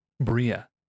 Bria